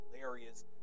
hilarious